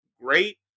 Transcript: great